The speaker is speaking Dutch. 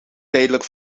tijdelijk